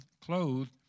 clothed